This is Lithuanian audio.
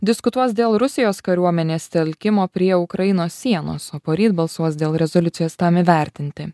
diskutuos dėl rusijos kariuomenės telkimo prie ukrainos sienos o poryt balsuos dėl rezoliucijos tam įvertinti